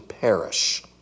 perish